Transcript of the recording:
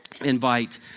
invite